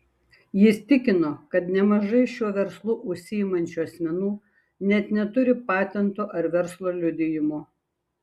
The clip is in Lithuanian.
jis tikino kad nemažai šiuo verslu užsiimančių asmenų net neturi patento ar verslo liudijimo